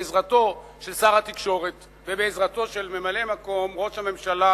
בעזרתו של שר התקשורת ובעזרתו של ממלא-מקום ראש הממשלה,